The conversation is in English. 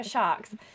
sharks